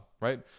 right